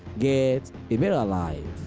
get a better life.